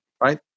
right